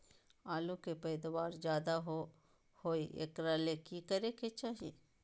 आलु के पैदावार ज्यादा होय एकरा ले की करे के चाही?